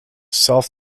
self